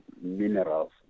minerals